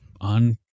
on